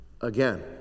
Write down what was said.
again